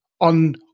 on